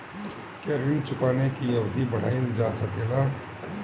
क्या ऋण चुकाने की अवधि बढ़ाईल जा सकेला?